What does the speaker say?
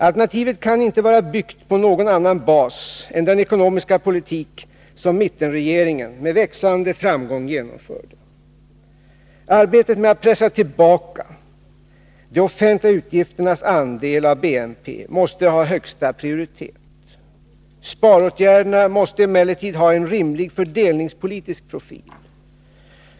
Alternativet kan inte vara byggt på någon annan bas än den ekonomiska politik som mittenregeringen med växande framgång genomförde. Arbetet med att pressa tillbaka de offentliga utgifternas andel av BNP måste ha högsta prioritet. Sparåtgärderna måste emellertid ha en rimlig fördelningspolitisk profil.